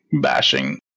bashing